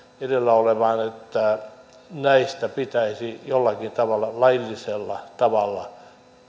edellä olevaan että näistä pitäisi jollakin laillisella tavalla